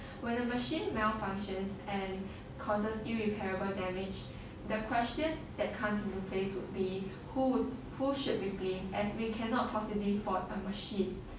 when the machine malfunctions and causes irreparable damage the question that come into play would be who would who should be blamed as we cannot possibly fault a machine